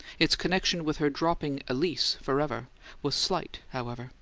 its connection with her dropping alys forever was slight, however.